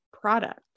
product